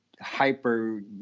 hyper